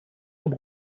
und